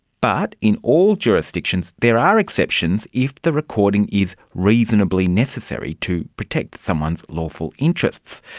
but in all jurisdictions there are exceptions if the recording is reasonably necessary to protect someone's lawful interests.